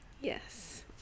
yes